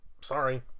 Sorry